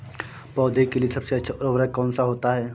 पौधे के लिए सबसे अच्छा उर्वरक कौन सा होता है?